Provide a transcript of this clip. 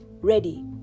ready